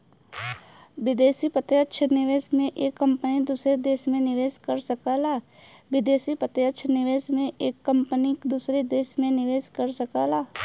विदेशी प्रत्यक्ष निवेश में एक कंपनी दूसर देस में निवेस कर सकला